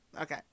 okay